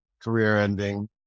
career-ending